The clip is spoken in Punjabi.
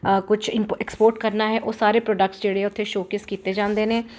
ਆ ਕੁਝ ਐਕਸਪੋਰਟ ਕਰਨਾ ਹੈ ਉਹ ਸਾਰੇ ਪ੍ਰੋਡਕਟਸ ਜਿਹੜੇ ਉੱਥੇ ਸ਼ੋਕੇਸ ਕੀਤੇ ਜਾਂਦੇ ਨੇ